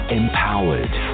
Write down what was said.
empowered